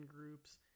groups